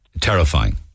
terrifying